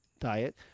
diet